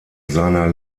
seiner